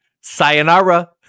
Sayonara